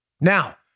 Now